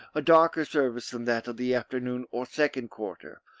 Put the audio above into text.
a darker surface than that of the afternoon, or second quarter,